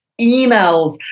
emails